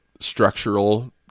structural